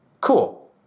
Cool